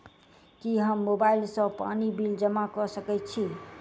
की हम मोबाइल सँ पानि बिल जमा कऽ सकैत छी?